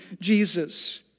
Jesus